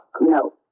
No